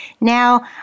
Now